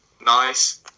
Nice